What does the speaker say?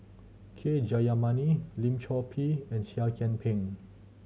K Jayamani Lim Chor Pee and Seah Kian Peng